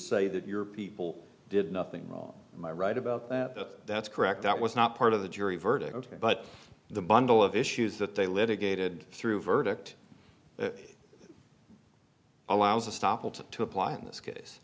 say that your people did nothing wrong my right about that that's correct that was not part of the jury verdict but the bundle of issues that they litigated through verdict allows a stop to apply in this case